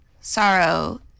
Sorrow